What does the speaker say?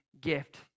gift